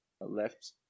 left